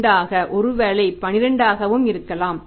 2 ஆக ஒருவேளை 12 ஆகவும் இருக்கலாம்